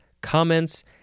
comments